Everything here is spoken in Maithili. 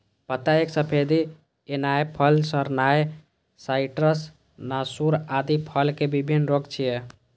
पत्ता पर सफेदी एनाय, फल सड़नाय, साइट्र्स नासूर आदि फलक विभिन्न रोग छियै